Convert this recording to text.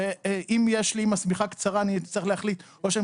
אם יש לי שמיכה קצרה אני צריך להחליט או שאני